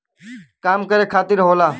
काम करे खातिर होला